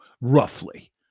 roughly